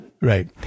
Right